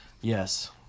yes